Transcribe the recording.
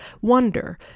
Wonder